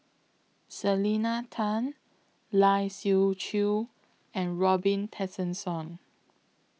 Selena Tan Lai Siu Chiu and Robin Tessensohn